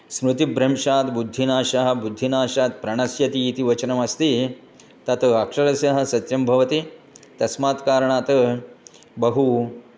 स्मृतिभ्रंशात् बुद्धिनाशः बुद्धिनाशात् प्रणश्यति इति वचनम् अस्ति तत् अक्षरशः सत्यं भवति तस्मात् कारणात् बहु